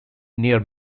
near